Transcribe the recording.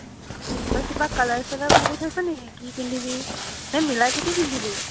তই কিবা কালাৰ চালাৰ ভাবি থৈছ নেকি কি পিন্ধিবি নে মিলাই পিটি পিন্ধিবি